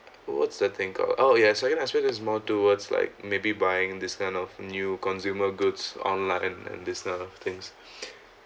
what's that thing called oh yes second aspect that is more towards like maybe buying these kind of new consumer goods online and and this these type of things